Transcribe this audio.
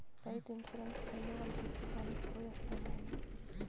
రైతు insurance renewal చేసి దానికి పోయొస్తా నాయనా